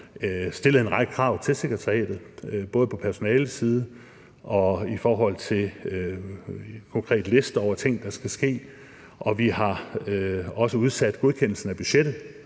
stillet en række krav til sekretariatet, både på personalesiden og i forhold til en konkret liste over ting, der skal ske, og vi har også udsat godkendelsen af budgettet